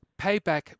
payback